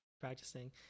practicing